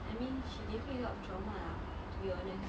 I mean she gave me a lot of trauma lah to be honest